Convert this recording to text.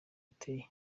uteye